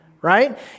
right